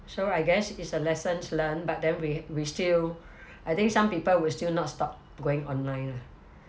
so I guess it's a lesson learn but then we we still I think some people will still not stop going online